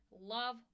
love